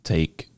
Take